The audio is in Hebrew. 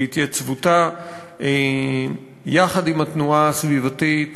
והתייצבותה יחד עם התנועה הסביבתית